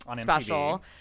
special